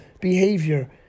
behavior